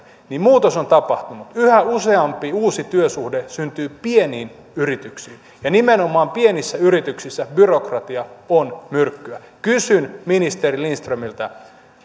koska muutos on tapahtunut yhä useampi uusi työsuhde syntyy pieniin yrityksiin ja nimenomaan pienissä yrityksissä byrokratia on myrkkyä kysyn ministeri lindströmiltä